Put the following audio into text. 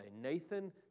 Nathan